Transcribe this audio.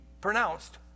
pronounced